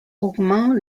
augmentent